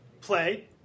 play